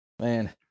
Man